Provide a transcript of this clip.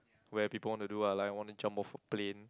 where people want to do ah like want to jump off a plane